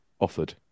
offered